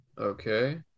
Okay